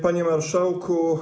Panie Marszałku!